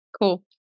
Cool